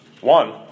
One